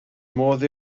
modd